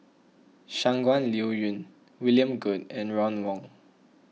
Shangguan Liuyun William Goode and Ron Wong